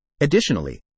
Additionally